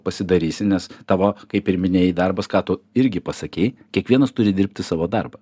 pasidarysi nes tavo kaip ir minėjai darbas ką tu irgi pasakei kiekvienas turi dirbti savo darbą